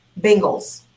Bengals